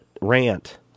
rant